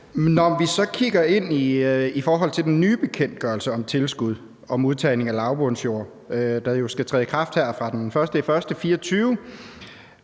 Når vi så kigger i den nye bekendtgørelse om tilskud og udtagning af lavbundsjorder, der skal træde i kraft her fra den 1. januar